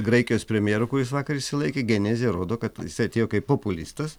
graikijos premjero kuris vakar išsilaikė genezė rodo kad jisai atėjo kaip populistas